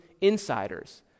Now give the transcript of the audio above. insiders